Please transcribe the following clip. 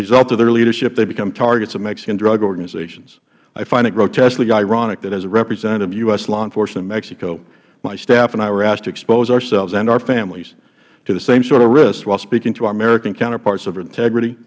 result of their leadership they have become targets of mexican drug organizations i find it grotesquely ironic that as a representative of u s law enforcement in mexico my staff and i were asked to expose ourselves and our families to the same sort of risks while speaking to our american counterparts of integrity